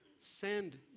Send